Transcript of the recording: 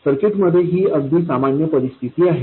सर्किटमध्ये ही अगदी सामान्य परिस्थिती आहे